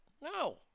No